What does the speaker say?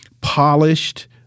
polished